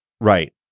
right